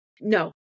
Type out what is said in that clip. no